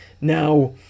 Now